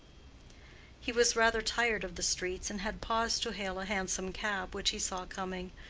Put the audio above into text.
he was rather tired of the streets and had paused to hail a hansom cab which he saw coming,